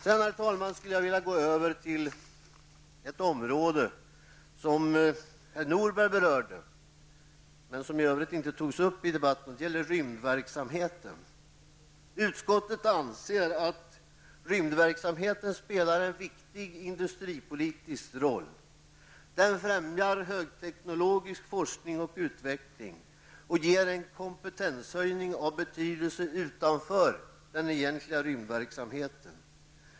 Sedan, herr talman, skulle jag vilja gå över till ett område som herr Norberg berörde, men som i övrigt inte har tagits upp i debatten, och det gäller rymdverksamheten. Utskottet anser att rymdverksamheten spelar en viktig industripolitisk roll. Den främjar högteknologisk forskning och utveckling och ger en kompetenshöjning av betydelse utanför den egentliga rymdverksamheten.